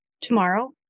Tomorrow